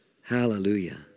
Hallelujah